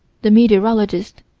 the meteorologist,